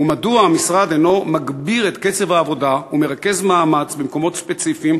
2. מדוע המשרד אינו מגביר את קצב העבודה ומרכז מאמץ במקומות ספציפיים